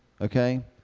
okay